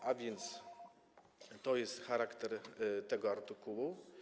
Tak więc to jest charakter tego artykułu.